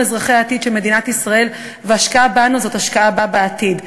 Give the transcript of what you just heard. אזרחי העתיד של מדינת ישראל וההשקעה בנו זאת ההשקעה בעתיד.